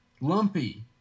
lumpy